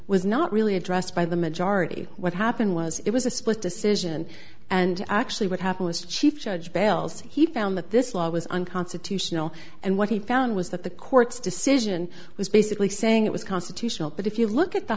was not really addressed by the majority what happened was it was a split decision and actually what happened was chief judge bells he found that this law was unconstitutional and what he found was that the court's decision was basically saying it was constitutional but if you look at the